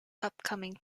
upcoming